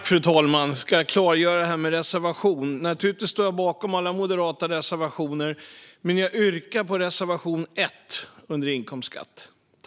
Fru talman! Jag ska klargöra det här med reservationerna. Naturligtvis står jag bakom alla moderata reservationer, men jag yrkar bifall till reservation 1 i betänkandet om inkomstskatt.